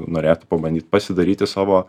norėtų pabandyt pasidaryti savo